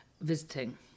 visiting